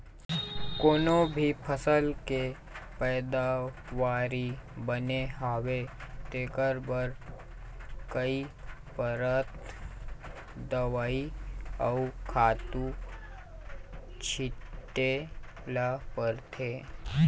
कोनो भी फसल के पइदावारी बने होवय तेखर बर कइ परत दवई अउ खातू छिते ल परथे